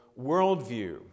worldview